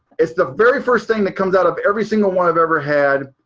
it's the very first thing that comes out of every single one i've ever had.